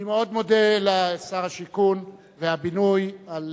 אני מאוד מודה לשר השיכון והבינוי על